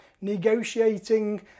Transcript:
negotiating